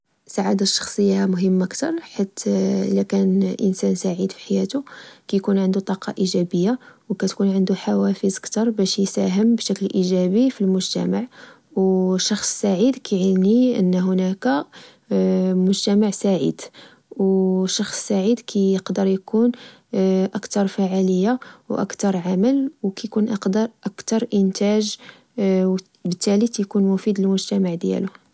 السعادة الشخصية مهمة كتر، حيت لكان الإنسان سعيد فحياتو، ككون عندو طاقة إجابية وكتكون عندو حوافز كتر باش إساهم بشكل إيجابي في المجتمع. و شخص سعيد كعني أن هناك مجتمع سعيد، وشخص سعيد كقدر يكون أكتر فاعلية ، و أكتر عمل، وتكون أكثر إنتاج وبالتالي تكون مفيد للمجتمع ديالو